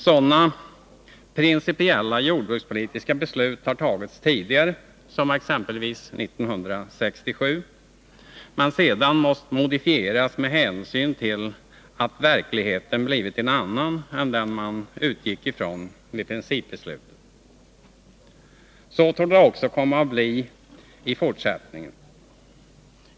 Sådana principiella jordbrukspolitiska beslut har tagits tidigare, exempelvis år 1967, men sedan måst modifieras med hänsyn till att verkligheten blivit en annan än den man utgick ifrån vid principbeslutet. Så torde det komma att bli också i fortsättningen.